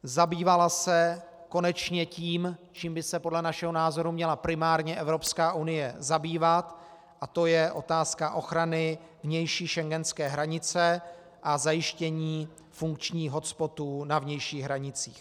Zabývala se konečně tím, čím by se podle našeho názoru měla primárně Evropská unie zabývat, a to je otázka ochrany vnější schengenské hranice a zajištění funkčních hotspotů na vnějších hranicích.